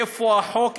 איפה החוק?